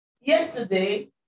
yesterday